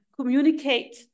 communicate